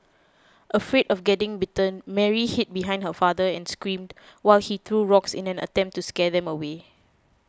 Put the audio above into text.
afraid of getting bitten Mary hid behind her father and screamed while he threw rocks in an attempt to scare them away